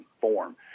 form